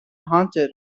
haunted